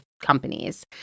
companies